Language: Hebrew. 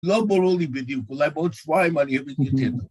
לא ברור לי בדיוק, אולי בעוד שבועיים, אני יבין כן.